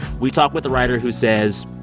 we talk with a writer who says,